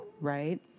right